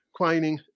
Quining